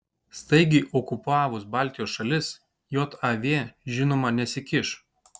staigiai okupavus baltijos šalis jav žinoma nesikiš